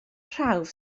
prawf